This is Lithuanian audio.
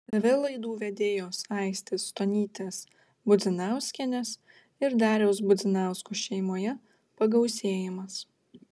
tv laidų vedėjos aistės stonytės budzinauskienės ir dariaus budzinausko šeimoje pagausėjimas